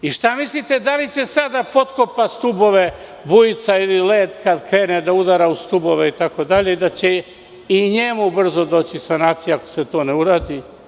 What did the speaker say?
Šta mislite, da li će sad da potkopa stubove bujica ili led kad krene da udara u stubove i da će i njemu brzo doći sanacija, ako se to ne uradi?